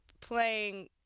playing